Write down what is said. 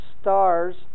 stars